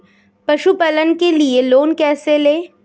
पशुपालन के लिए लोन कैसे लें?